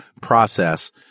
process